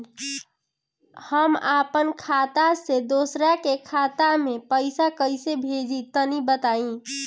हम आपन खाता से दोसरा के खाता मे पईसा कइसे भेजि तनि बताईं?